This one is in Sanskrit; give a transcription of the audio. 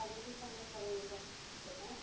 क्वालिटि सम्यक् भवेयुः अस्माकं कृते